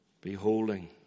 beholding